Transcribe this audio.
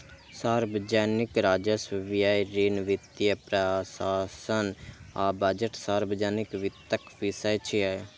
सार्वजनिक राजस्व, व्यय, ऋण, वित्तीय प्रशासन आ बजट सार्वजनिक वित्तक विषय छियै